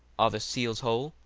are the seals whole?